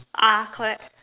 ah correct